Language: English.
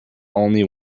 only